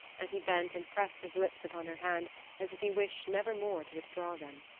and he bent and pressed his lips upon her hand as if he wished never more to withdraw them.